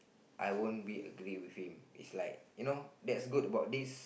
I won't be agree with him it's like you know that's good about this